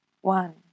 One